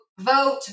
vote